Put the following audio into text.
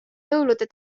jõulude